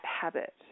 habit